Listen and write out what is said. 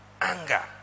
anger